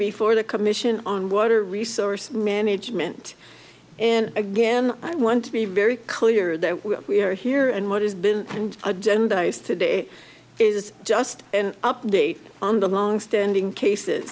before the commission on water resource management and again i want to be very clear that we are here and what has been and agenda is today is just an update on the longstanding cases